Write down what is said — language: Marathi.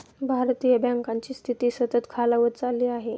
भारतीय बँकांची स्थिती सतत खालावत चालली आहे